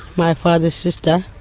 my father's sister.